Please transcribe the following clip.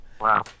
Wow